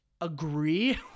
agree